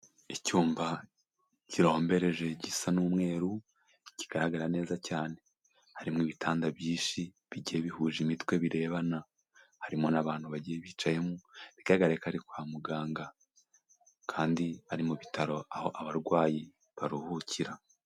Icyumba kirombereje gisa n'umweru, kigaragara neza cyane. Harimo ibitanda byinshi bigiye bihuje imitwe birebana. Harimo n'abantu bagiye bicayemo, bigaragare ko ari kwa muganga kandi ari mu bitaro aho abarwayi baruhukira.